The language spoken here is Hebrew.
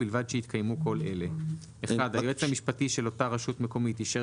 ובלבד שהתקיימו כל אלה: (1) היועץ המשפטי של אותה רשות מקומית אישר